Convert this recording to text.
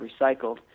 recycled